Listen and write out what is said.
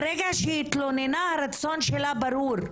ברגע שהיא התלוננה הרצון שלה ברור.